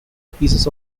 pieces